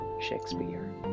Shakespeare